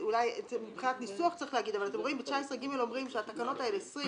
אולי מבחינת ניסוח צריך להגיד אבל אתם רואים שב-19(ג) אומרים שתקנות 20,